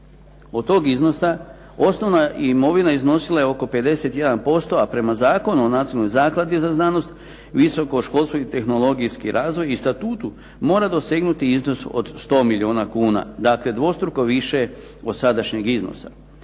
Od tog iznosa osnovna imovina iznosila je oko 51%, a prema Zakonu o nacionalnoj zakladi za znanost, visoko školstvo i tehnologijski razvoj i statutu mora dosegnuti iznos od 100 milijuna kuna, dakle dvostruko više od sadašnjeg iznosa.